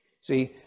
See